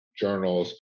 journals